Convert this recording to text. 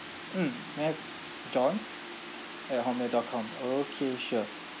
mm may I have john at hot mail dot com okay sure